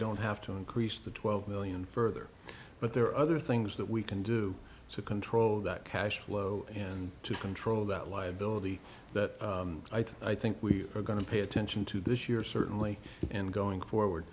don't have to increase the twelve million further but there are other things that we can do to control that cash flow and to control that liability that i think we are going to pay attention to this year certainly and going forward